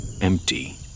empty